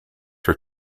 her